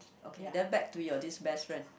okay then back to your this best friend